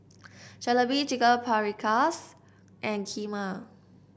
Jalebi Chicken Paprikas and Kheema